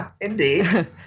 Indeed